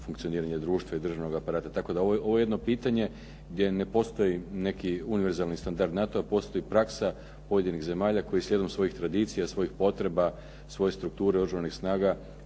funkcioniranje društva i državnoga aparata. Tako da je ovo jedno pitanje gdje ne postoji neki univerzalni standard NATO-a, postoji praksa pojedinih zemalja koji slijedom svojih tradicija, svojih potreba, svoje strukture oružanih snaga